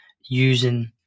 using